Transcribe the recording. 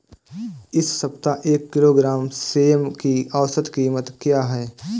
इस सप्ताह एक किलोग्राम सेम की औसत कीमत क्या है?